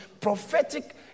prophetic